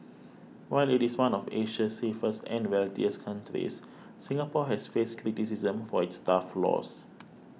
while it is one of Asia's safest and wealthiest countries Singapore has faced criticism for its tough laws